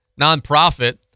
nonprofit